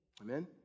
Amen